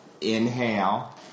Inhale